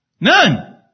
None